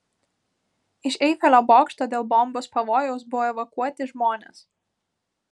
iš eifelio bokšto dėl bombos pavojaus buvo evakuoti žmonės